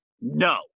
no